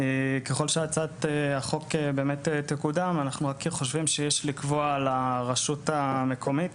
ככל שהצעת החוק באמת תקודם אנחנו רק חושבים שיש לקבוע לרשות המקומית